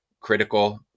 critical